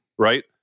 right